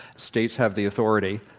states have the authority.